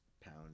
pound